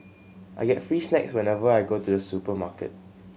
I get free snacks whenever I go to the supermarket